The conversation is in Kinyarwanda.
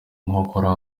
nkokora